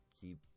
keep